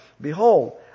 Behold